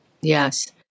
Yes